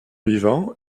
vivant